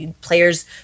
players